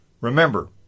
Remember